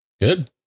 Good